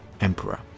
emperor